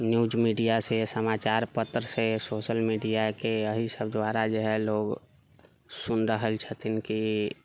news मीडियासँ समाचार पत्रसँ सोशल मीडियाके एहि सभ दुआरा जे हइ लोग सुनि रहल छथिन कि